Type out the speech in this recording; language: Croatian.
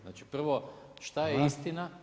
Znači prvo šta je istina?